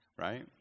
Right